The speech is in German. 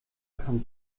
kann